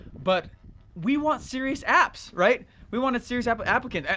but we want serious apps, right. we wanted serious but applicant, and